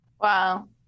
Wow